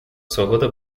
свобода